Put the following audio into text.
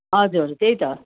हजुर त्यही त